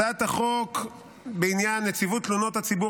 הצעת החוק בעניין נציבות תלונות הציבור